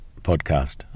podcast